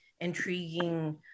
intriguing